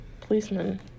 policeman